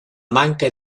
manca